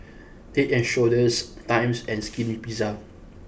Head and Shoulders Times and Skinny Pizza